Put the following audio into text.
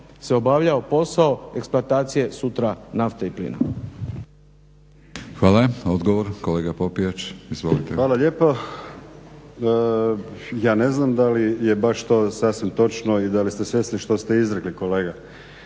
se obavljao posao eksploatacije sutra nafte i plina.